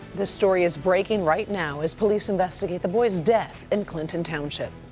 this story is breaking right now as police investigate the boy's death in clinton township.